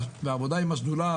העבודה עם השדולה,